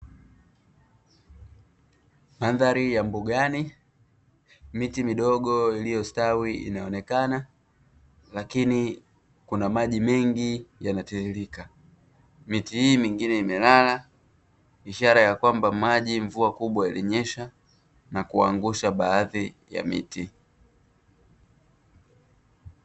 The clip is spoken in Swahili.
Mandhari ya mbugani, miti midogo iliyostawi inaonekana lakini kuna maji mengi yanatiririka. Miti hii mingine imelala ishara ya kwamba maji mvua kubwa ilinyesha na kuangusha baadhi ya miti.